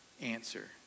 answer